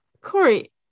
Corey